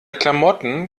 klamotten